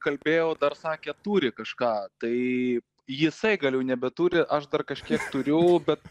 kalbėjau dar sakė turi kažką tai jisai gal jau nebeturi aš dar kažkiek turiu bet